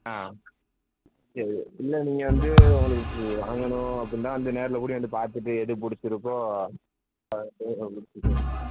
ஆ சரி இல்லை நீங்கள் வந்து உங்களுக்கு வாங்கணும் அப்படின்னா வந்து நேரில் கூடயும் வந்து பார்த்துட்டு எதுப் பிடிச்சுருக்கோ